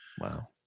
Wow